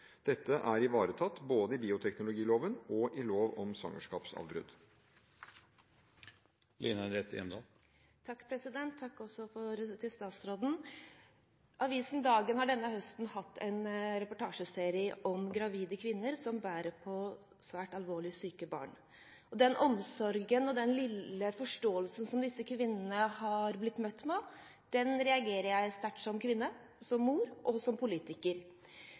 Dette er ivaretatt både i bioteknologiloven og i lov om svangerskapsavbrudd. Takk til statsråden. Avisen Dagen har denne høsten hatt en reportasjeserie om gravide kvinner som bærer på svært alvorlig syke barn. Den omsorgen og den lille forståelsen som disse kvinnene har blitt møtt med, reagerer jeg sterkt på som kvinne, som mor og som politiker